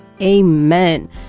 amen